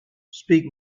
speak